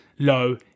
low